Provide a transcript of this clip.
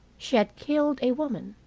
she had killed a woman,